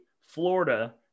Florida